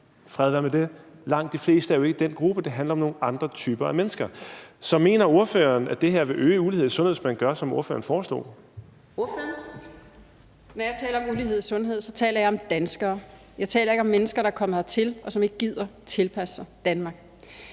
fred være med det. Langt de fleste er jo ikke i den gruppe. Det handler om nogle andre typer af mennesker. Så mener ordføreren, at det vil øge uligheden i sundhed, hvis man gør, som ordføreren foreslog? Kl. 14:38 Fjerde næstformand (Karina Adsbøl): Ordføreren. Kl. 14:38 Mette Thiesen (DF): Når jeg taler om ulighed i sundhed, taler jeg om danskere. Jeg taler ikke om mennesker, der er kommet hertil, og som ikke gider tilpasse sig Danmark.